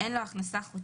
(1) אין לו הכנסה חודשית,